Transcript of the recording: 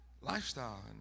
lifestyle